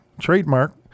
Trademark